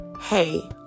hey